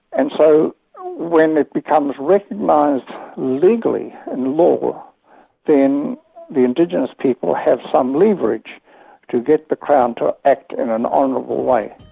and so when it becomes recognised legally in law, then the indigenous people have some leverage to get the crown to act in an honourable way.